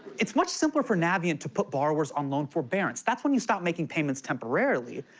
it's much simpler for navient to put borrowers on loan forbearance. that's when you stop making payments temporarily.